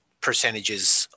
percentages